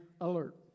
alert